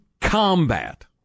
combat